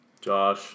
Josh